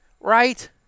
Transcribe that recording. right